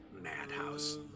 madhouse